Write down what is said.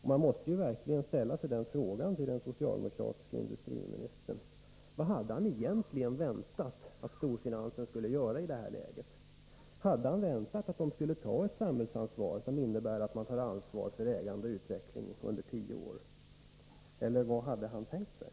Jag måste verkligen fråga den socialdemokratiske industriministern vad han egentligen hade väntat att storfinansen skulle göra i det här läget. Hade industriministern väntat att storfinansen skulle känna ett samhällsansvar som innebär att man tar ansvar för ägande och utveckling under tio år? Eller vad hade industriministern tänkt sig?